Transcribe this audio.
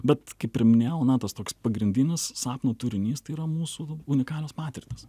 bet kaip ir minėjau na tas toks pagrindinis sapno turinys tai yra mūsų unikalios patirtys